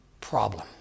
problem